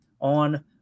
on